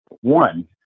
one